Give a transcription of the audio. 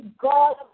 God